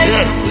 Yes